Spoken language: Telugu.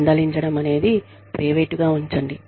మందలించడం అనేది ప్రైవేట్గా ఉంచండి